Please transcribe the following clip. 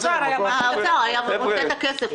האוצר היה מוצא את הכסף.